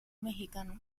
mexicanos